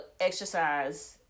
exercise